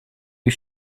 you